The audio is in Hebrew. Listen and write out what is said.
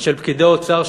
של פקידי האוצר,